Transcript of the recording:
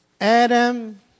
Adam